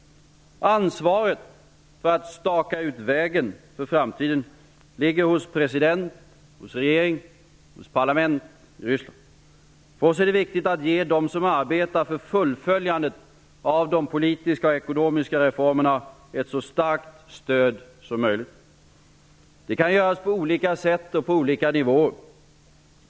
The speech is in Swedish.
Ansvaret för att staka ut den fortsatta vägen ligger hos president, regering och parlament i Ryssland. För oss är det viktigt att ge dem som arbetar för fullföljandet av de politiska och ekonomiska reformerna i Ryssland ett så starkt stöd som möjligt. Det kan göras på olika sätt och på olika nivåer.